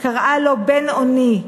קראה לו בן-אוני,